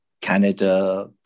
Canada